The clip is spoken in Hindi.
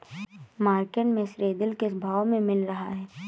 मार्केट में सीद्रिल किस भाव में मिल रहा है?